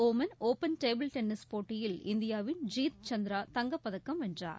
Oman Open table tennis போட்டியில் இந்தியாவின் ஜீத் சந்திரா தங்கப்பதக்கம் வென்றார்